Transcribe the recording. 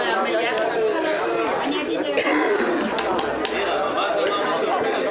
13:45 ונתחדשה בשעה 13:54.) אני מחדש את הישיבה.